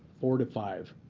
four to five.